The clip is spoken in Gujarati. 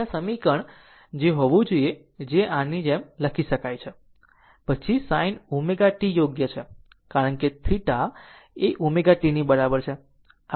આ સમીકરણ અને જે હોવું જોઈએ તે એમની જેમ લખી શકાય છે પછી sin ω t યોગ્ય છે કારણ કે θ એ ω t બરાબર છે